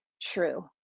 true